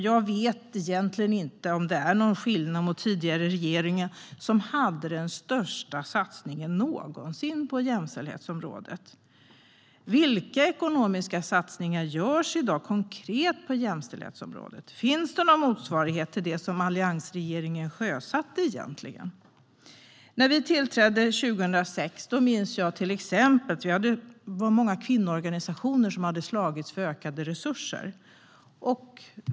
Jag vet inte om det är någon skillnad mot den tidigare regeringen, som hade den största satsningen någonsin på jämställdhetsområdet. Vilka konkreta ekonomiska satsningar görs på jämställdhetsområdet i dag? Finns det någon egentlig motsvarighet till det som alliansregeringen sjösatte? När vi tillträdde 2006 minns jag till exempel att det var många kvinnoorganisationer som hade slagits för ökade resurser.